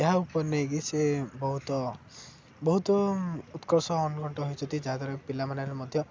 ଏହା ଉପ ନେଇକି ସେ ବହୁତ ବହୁତ ଉତ୍କର୍ଷ ଅନୁକଣ୍ଠ ହୋଇଚନ୍ତି ଯାହାଦ୍ୱାରା ପିଲାମାନେ ମଧ୍ୟ